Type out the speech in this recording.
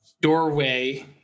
doorway